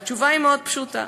התשובה היא מאוד פשוטה.